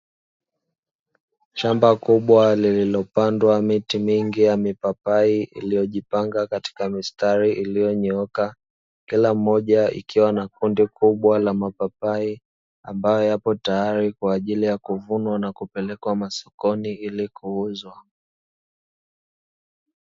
Shamba kubwa lililopandwa miti mingi ya mipapai iliyojipanga katika mistari iliyonyooka, kila mmoja ikiwa na kundi kubwa la mapapai ambayo yapo tayari kwa ajili ya kuvunwa na kupelekwa masokoni ili kuuzwa.